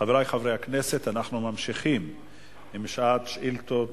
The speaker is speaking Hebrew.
חברי חברי הכנסת, אנחנו ממשיכים עם שעת שאילתות,